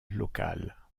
locale